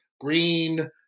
green